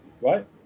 right